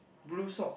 blue socks